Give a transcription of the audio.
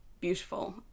beautiful